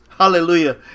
hallelujah